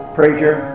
Preacher